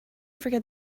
forget